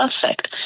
perfect